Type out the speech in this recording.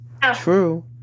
True